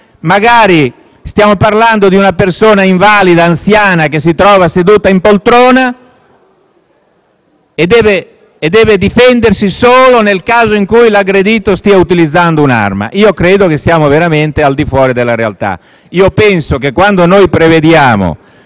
magari stiamo parlando di una persona invalida o anziana, che si trova seduta in poltrona e che deve difendersi solo nel caso in cui l'aggressore stia utilizzando un'arma. Io credo che siamo veramente al di fuori della realtà. Penso che, quando prevediamo